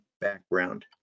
background